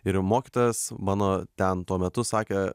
ir mokytojas mano ten tuo metu sakė